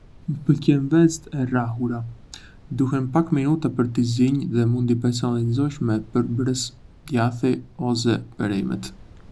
Më pëlqejnë vezët e rrahura. Duhen pak minuta për t’i zinj dhe mund t’i personalizosh me përbërës djathi ose perimet.